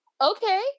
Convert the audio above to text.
okay